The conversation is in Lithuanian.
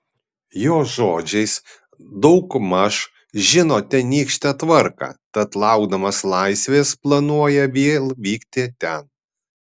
jo žodžiais daugmaž žino tenykštę tvarką tad laukdamas laisvės planuoja vėl vykti ten